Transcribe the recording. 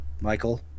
michael